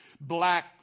black